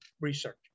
research